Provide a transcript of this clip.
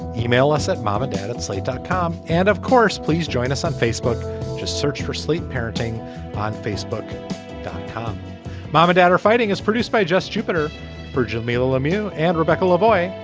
email us at mom and dad at slate dot com and of course please join us on facebook just search for sleep parenting on facebook dot com mom and dad are fighting is produced by just jupiter for jamilah lemieux and rebecca lavoy.